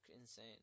Insane